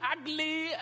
ugly